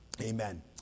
Amen